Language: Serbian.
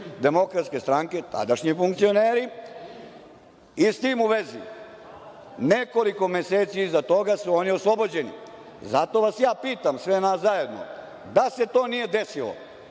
funkcioneri DS, tadašnji funkcioneri. S tim u vezi, nekoliko meseci iza toga su oni oslobođeni. Zato vas ja pitam, sve nas zajedno, da se to nije desilo,